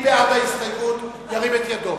מי בעד ההסתייגות, ירים את ידו.